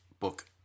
book